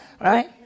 Right